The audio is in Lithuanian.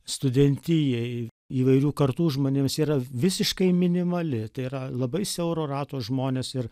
studentijai įvairių kartų žmonėms yra visiškai minimali tai yra labai siauro rato žmonės ir